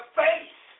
face